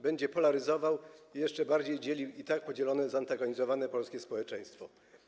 Będzie polaryzował, jeszcze bardziej dzielił i tak podzielone, zantagonizowane polskie społeczeństwo.